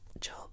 job